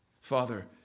Father